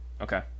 Okay